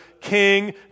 king